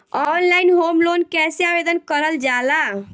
Online home loan कैसे आवेदन करल जा ला?